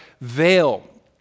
veil